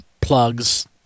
Plugs